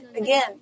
again